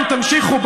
אם תמשיכו,